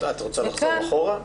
את רוצה לחזור אחורה?